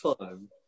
time